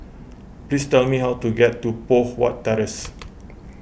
please tell me how to get to Poh Huat Terrace